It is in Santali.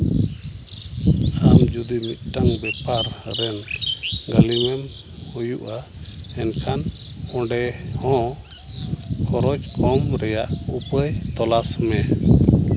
ᱟᱢ ᱡᱩᱫᱤ ᱢᱤᱫᱴᱟᱝ ᱵᱮᱯᱟᱨ ᱨᱮᱱ ᱜᱟᱹᱞᱤᱢᱮᱢ ᱦᱩᱭᱩᱜᱼᱟ ᱮᱱᱠᱷᱟᱱ ᱚᱸᱰᱮ ᱦᱚᱸ ᱠᱷᱚᱨᱚᱪ ᱠᱚᱢ ᱨᱮᱭᱟᱜ ᱩᱯᱟᱹᱭ ᱛᱚᱞᱟᱥ ᱢᱮ